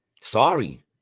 Sorry